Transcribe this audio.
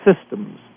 systems